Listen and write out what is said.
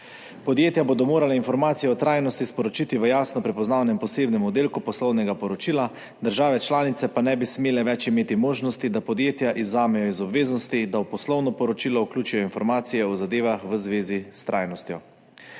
Podjetja bodo morala informacije o trajnosti sporočiti v jasno prepoznavnem posebnem oddelku poslovnega poročila, države članice pa ne bi smele več imeti možnosti, da podjetja izvzamejo iz obveznosti, da v poslovno poročilo vključijo informacije o zadevah v zvezi s trajnostjo.